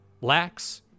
Lacks